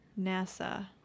NASA